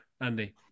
Andy